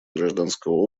гражданского